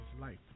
life